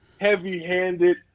heavy-handed